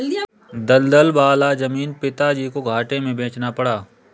दलदल वाला जमीन पिताजी को घाटे में बेचना पड़ा